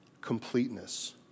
Completeness